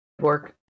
work